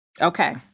Okay